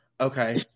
Okay